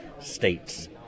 States